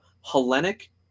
Hellenic